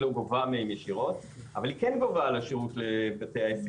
היא לא גובה מהם ישירות אבל היא כן גובה על שירות בתי העסק,